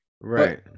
Right